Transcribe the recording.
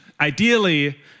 ideally